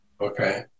Okay